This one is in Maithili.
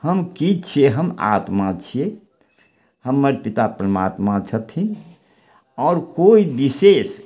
हम की छियै हम आत्मा छियै हमर पिता परमात्मा छथिन आओर कोइ विशेष